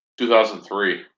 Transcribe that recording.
2003